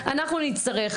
אנחנו נצטרך,